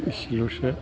एसेल'सो